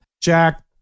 Jack